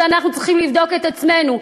ואנחנו צריכים לבדוק את עצמנו.